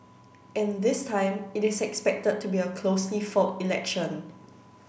and this time it is expected to be a closely fought election